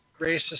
racist